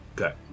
Okay